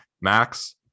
Max